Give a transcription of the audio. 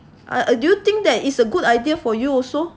I err do you think that it's a good idea for you also